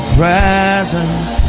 presence